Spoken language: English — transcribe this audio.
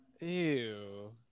Ew